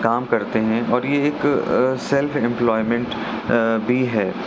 کام کرتے ہیں اور یہ ایک سیلف ایمپلائمنٹ بھی ہے